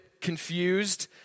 confused